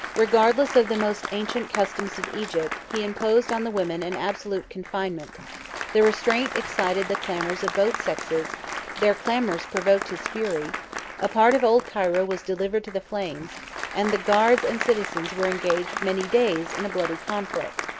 regardless of the most ancient customs of egypt, he imposed on the women an absolute confinement the restraint excited the clamors of both sexes their clamors provoked his fury a part of old cairo was delivered to the flames and the guards and citizens were engaged many days in a bloody conflict.